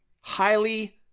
Highly